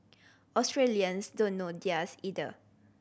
Australians don't know theirs either